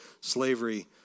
slavery